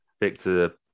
Victor